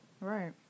right